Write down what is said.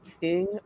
King